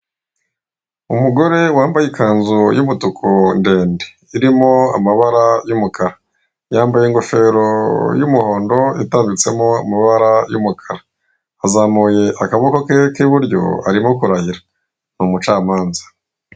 Umugore wambaye iikanzu y'umutuku ndende irimo amabara y'umukara yambaye ingofero y'umuhondo itambitsemo amabara y'umukara, azamuye akaboko ke k'iburyo arimo kurahira ni umucamanza.